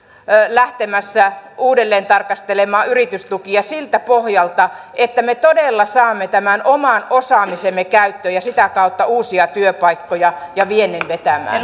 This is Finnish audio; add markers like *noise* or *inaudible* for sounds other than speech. lähtemässä uudelleen tarkastelemaan yritystukia siltä pohjalta että me todella saamme tämän oman osaamisemme käyttöön ja sitä kautta uusia työpaikkoja ja viennin vetämään *unintelligible*